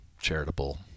charitable